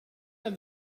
have